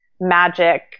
magic